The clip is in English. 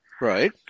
Right